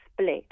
split